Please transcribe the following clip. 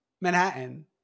Manhattan